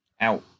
out